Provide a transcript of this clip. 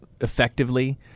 effectively